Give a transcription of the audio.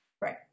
right